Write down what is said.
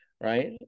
right